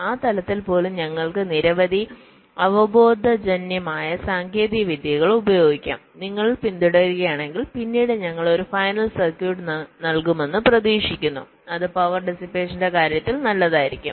ആ തലത്തിൽ പോലും ഞങ്ങൾക്ക് നിരവധി അവബോധജന്യമായ സാങ്കേതിക വിദ്യകൾ ഉപയോഗിക്കാം നിങ്ങൾ പിന്തുടരുകയാണെങ്കിൽ പിന്നീട് ഞങ്ങൾ ഒരു ഫൈനൽ സർക്യൂട്ട് നൽകുമെന്ന് പ്രതീക്ഷിക്കുന്നു അത് പവർ ഡിസ്പേഷന്റെ കാര്യത്തിൽ നല്ലതായിരിക്കും